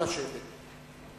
מכבדים בקימה את זכרו של המנוח.)